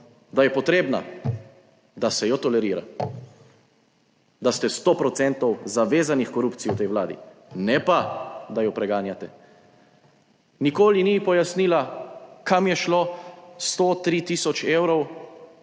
da je potrebna, da se jo tolerira, da ste sto procentov zavezani h korupciji v tej Vladi, ne pa, da jo preganjate. Nikoli ni pojasnila, kam je šlo 103 tisoč evrov,